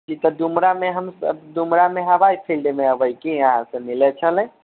जी तऽ डुमरामे हमसब डुमरामे हवाइ फील्डमे एबै की अहाँसँ मिलै छलै